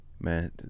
Man